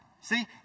See